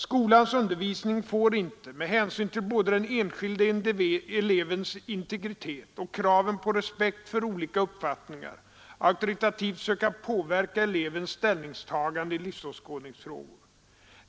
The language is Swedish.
Skolans undervisning får inte, med hänsyn till både den enskilde elevens integritet och kravet på respekt för olika uppfattningar, auktoritativt söka påverka elevens ställningstagande i livsåskådningsfrågor.